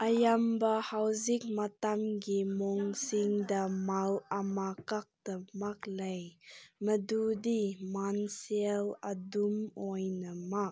ꯑꯌꯥꯝꯕ ꯍꯧꯖꯤꯛ ꯃꯇꯝꯒꯤ ꯃꯣꯡꯁꯤꯡꯗ ꯃꯥꯎ ꯑꯃꯈꯛꯇꯃꯛ ꯂꯩ ꯃꯗꯨꯗꯤ ꯃꯟꯁꯦꯜ ꯑꯗꯨꯝꯑꯣꯏꯅꯃꯛ